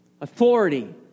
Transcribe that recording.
Authority